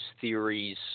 theories